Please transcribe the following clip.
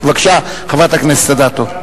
בבקשה, חברת הכנסת אדטו.